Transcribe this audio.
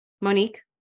Monique